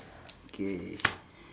okay